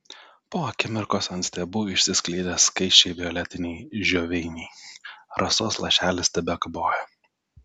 po akimirkos ant stiebų išsiskleidė skaisčiai violetiniai žioveiniai rasos lašelis tebekabojo